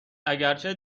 اگرچه